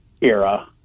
era